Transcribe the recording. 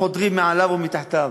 חודרים מעליה ומתחתיה.